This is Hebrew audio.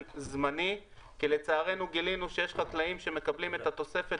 זמני כי לצערנו גילינו שיש חקלאים שמקבלים את התוספת